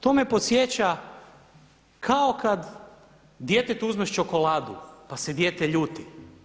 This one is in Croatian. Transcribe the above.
To me podsjeća kao kad djetetu uzmeš čokoladu pa se dijete ljuti.